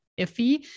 iffy